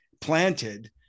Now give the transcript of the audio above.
planted